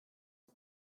the